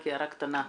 רק הערה קטנה.